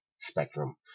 spectrum